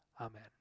Amen